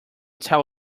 tell